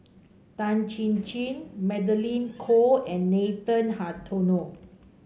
Tan Chin Chin Magdalene Khoo and Nathan Hartono